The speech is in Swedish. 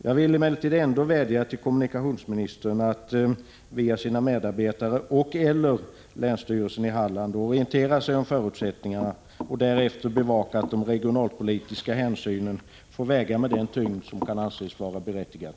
Jag vill emellertid ändå vädja till kommunikationsministern att via sina medarbetare och/eller länsstyrelsen i Halland orientera sig om förutsättningarna och därefter bevaka att de regionalpolitiska hänsynen får väga med den tyngd som kan anses vara berättigad.